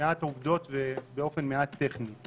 עובדות ובאופן מעט טכני.